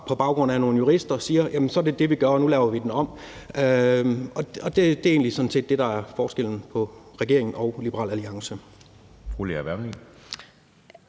på baggrund af nogle jurister siger: Så er det det, vi gør, og nu laver vi den om. Det er egentlig det, der er forskellen på regeringen og Liberal Alliance.